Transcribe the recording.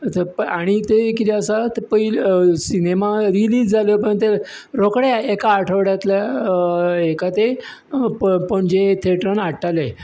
आनी ते कितें आसा ते पयलीं सिनेमा रिलीज जाले उपरांत ते रोखडे एका आठवड्यांतल्या हेका ते पणजे थिएटरान हाडटाले